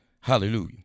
Hallelujah